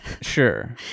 Sure